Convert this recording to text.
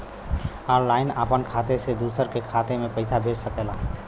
online आपन खाते से दूसर के खाते मे पइसा भेज सकेला